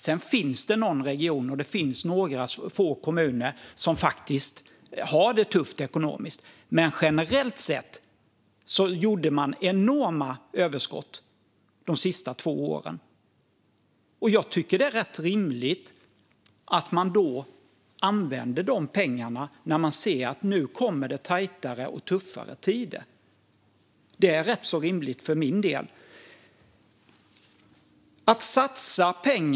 Sedan finns det någon region och några få kommuner som faktiskt har det tufft ekonomiskt. Men generellt sett gjorde man enorma överskott de senaste två åren. Jag tycker att det är rätt rimligt att man använder de pengarna när man ser att det nu kommer tajtare och tuffare tider. Det är rätt så rimligt för min del.